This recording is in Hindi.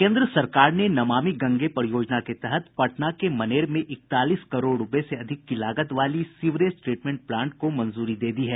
केन्द्र सरकार ने नमामि गंगे परियोजना के तहत पटना के मनेर में इकतालीस करोड़ रूपये से अधिक की लागत वाली सीवरेज ट्रीटमेंट प्लांट को मंजूरी दे दी है